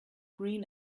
green